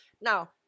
Now